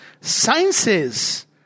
sciences